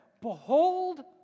Behold